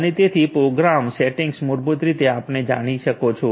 અને તેથી પ્રયોગ સેટિંગ્સ મૂળભૂત રીતે આપણે જાણી શકો છો